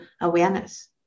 awareness